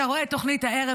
אתה רואה את תוכנית הערב,